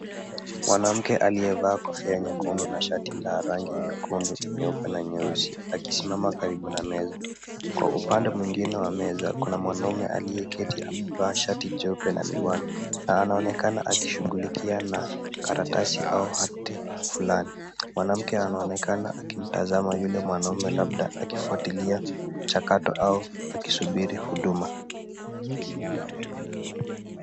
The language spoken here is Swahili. Mwanamke aliyevaa kofia nyekundu na shati la rangi nyekundu nyeupe na nyeusi, akisimama karibu na meza. Kwa upande mwingine wa meza, kuna mwanaume aliyeketi amevaa shati jeupe na miwani na anaonekana akishughulikia na karatasi au hati fulani. Mwanamke anaonekana akimtazama yule mwanaume labda akifuatilia mchakato au akisubiri huduma.